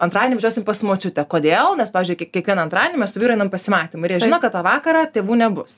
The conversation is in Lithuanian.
antradienį važiuosim pas močiutę kodėl nes pavyzdžiui kie kiekvieną antradienį mes su vyru einam pasimatymą ir jie žino kad tą vakarą tėvų nebus